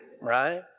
right